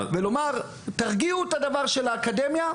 ולומר תרגיעו את הדבר של האקדמיה,